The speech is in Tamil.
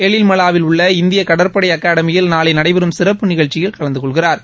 எழில்மலாவில் உள்ள இந்திய கடற்படை அகாடமியில் நாளை நடைபெறும் சிறப்பு நிகழ்ச்சியில் கலந்து கொள்கிறா்